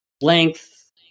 length